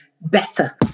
better